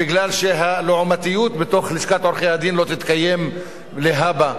כי הלעומתיות בתוך לשכת עורכי-הדין לא תתקיים להבא,